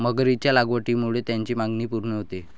मगरीच्या लागवडीमुळे त्याची मागणी पूर्ण होते